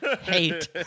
hate